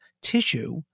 tissue